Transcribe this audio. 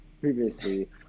previously